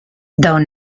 though